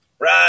right